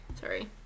sorry